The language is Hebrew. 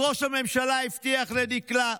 אז ראש הממשלה הבטיח לדקלה,